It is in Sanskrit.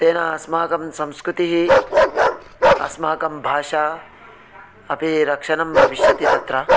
तेन अस्माकं संस्कृतिः अस्माकं भाषा अपि रक्षणं भविष्यति तत्र